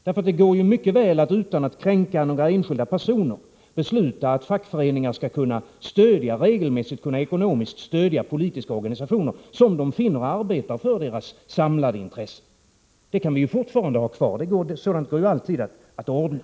Det går mycket väl att utan att kränka några enskilda personer besluta att fackföreningen regelmässigt skall kunna ekonomiskt stödja politiska organisationer som den finner arbetar för medlemmarnas samlade intressen. Det kan man fortfarande ha kvar; sådant går alltid att ordna.